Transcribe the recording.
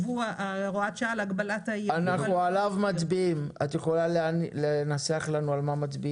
הוראת שעה להגבלת יבוא --- את יכולה להקריא את הנוסח ונצביע?